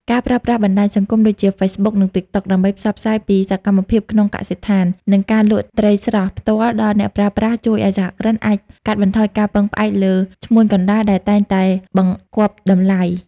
ការប្រើប្រាស់បណ្ដាញសង្គមដូចជា Facebook និង TikTok ដើម្បីផ្សព្វផ្សាយពីសកម្មភាពក្នុងកសិដ្ឋាន និងការលក់ត្រីស្រស់ផ្ទាល់ដល់អ្នកប្រើប្រាស់ ជួយឱ្យសហគ្រិនអាចកាត់បន្ថយការពឹងផ្អែកលើឈ្មួញកណ្ដាលដែលតែងតែបង្កាប់តម្លៃ។